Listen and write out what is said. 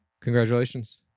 Congratulations